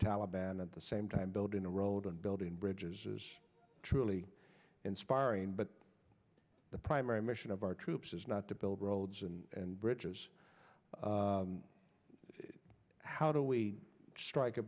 taliban at the same time building a road and building bridges is truly inspiring but the primary mission of our troops is not to build roads and bridges how do we strike a